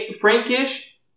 Frankish